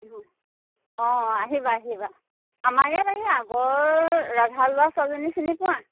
অঁ অঁ আহিবা আহিবা আমাৰ ইয়াত এইয়া আগৰ ৰাধা লোৱা ছোৱালীজনী চিনি পোৱা